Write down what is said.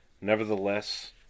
Nevertheless